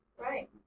Right